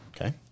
Okay